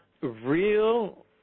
real